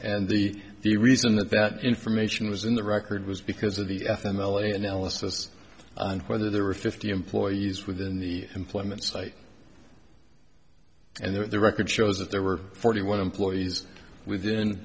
and the the reason that that information was in the record was because of the ethanol analysis and whether there were fifty employees within the employment site and there the record shows that there were forty one employees within